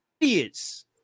idiots